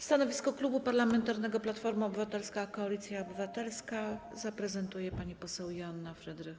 Stanowisko Klubu Parlamentarnego Platforma Obywatelska - Koalicja Obywatelska zaprezentuje pani poseł Joanna Frydrych.